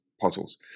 puzzles